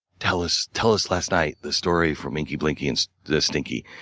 tell us tell us last night the story from inky, blinky, and the stinky.